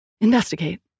Investigate